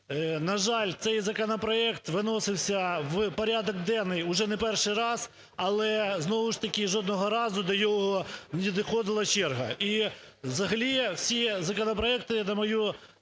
На жаль, цей законопроект виносився в порядок денний вже не перший раз, але знову ж таки жодного разу до нього не доходила черга. І взагалі всі законопроекти, на